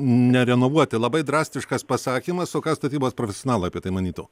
nerenovuoti labai drastiškas pasakymas o ką statybos profesionalai apie tai manytų